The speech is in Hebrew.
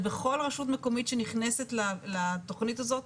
בכל רשות מקומית שנכנסת לתוכנית הזאת,